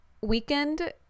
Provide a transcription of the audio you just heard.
weekend